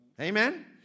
Amen